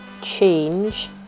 change